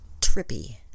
Trippy